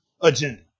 agenda